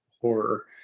horror